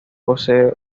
posee